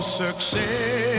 success